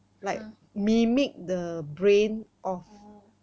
!huh! orh